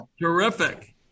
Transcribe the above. Terrific